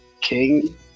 king